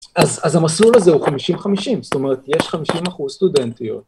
אז המסלול הזה הוא 50-50, זאת אומרת, יש 50 אחוז סטודנטיות.